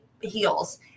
heels